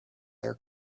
their